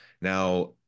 Now